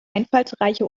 einfallsreiche